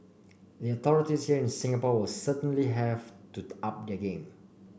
the authorities here in Singapore will certainly have to up their game